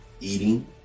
eating